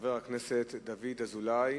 חבר הכנסת דוד אזולאי